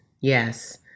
Yes